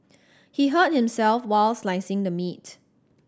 he hurt himself while slicing the meat